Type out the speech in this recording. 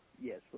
Yes